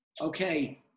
Okay